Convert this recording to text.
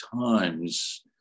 times